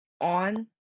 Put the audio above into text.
on